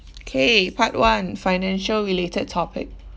okay part one financial related topic